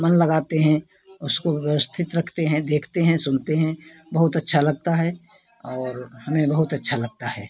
मन लगाते हैं उसको व्यवस्थित रखते हैं देखते हैं सुनते हैं बहुत अच्छा लगता है और हमें बहुत अच्छा लगता है